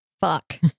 Fuck